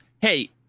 hey